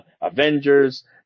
Avengers